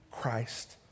Christ